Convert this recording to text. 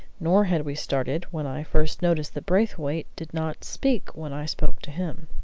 nor had we started when i first noticed that braithwaite did not speak when i spoke to him.